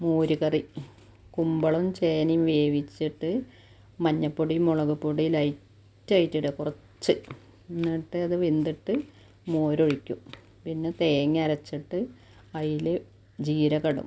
മോര് കറി കുമ്പളോം ചേനേം വേവിച്ചിട്ട് മഞ്ഞപ്പൊടീം മുളക് പൊടീം ലൈറ്റായിട്ടിടുക കുറച്ച് എന്നിട്ടത് വെന്തിട്ട് മോരൊഴിക്കും പിന്നെ തേങ്ങാ അരച്ചിട്ട് അതിൽ ജീരകമിടും